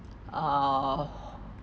uh